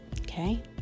okay